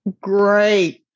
great